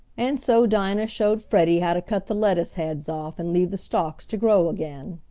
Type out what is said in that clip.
and so dinah showed freddie how to cut the lettuce heads off and leave the stalks to grow again.